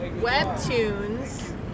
webtoons